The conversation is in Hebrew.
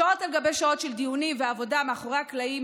שעות על גבי שעות של דיונים ועבודה מאחורי הקלעים